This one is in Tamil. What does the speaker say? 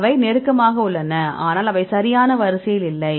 அவை நெருக்கமாக உள்ளன ஆனால் அவை சரியான வரிசையில் இல்லை